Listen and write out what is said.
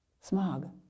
smog